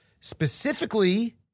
Specifically